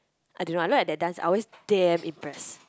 I don't know I look at their dance I always damn impressed